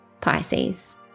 Pisces